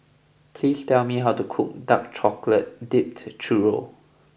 please tell me how to cook Dark Chocolate Dipped Churro